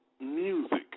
music